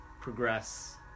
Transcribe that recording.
progress